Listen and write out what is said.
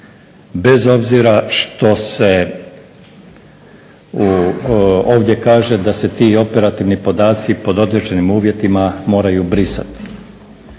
bez obzira što se ovdje kaže da se ti operativni podaci pod određenim uvjetima moraju brisati.